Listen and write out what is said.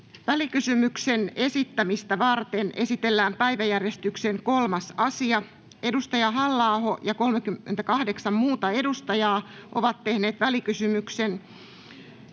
Välikysymyksen esittämistä varten esitellään päiväjärjestyksen 3. asia. Edustaja Halla-aho ja 43 muuta edustajaa ovat tehneet välikysymyksen